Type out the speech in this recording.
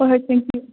ꯍꯣꯏ ꯍꯣꯏ ꯊꯦꯡꯀꯤꯌꯨ